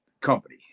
company